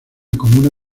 comuna